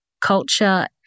culture